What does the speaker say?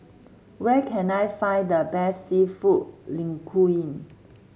where can I find the best seafood Linguine